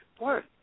work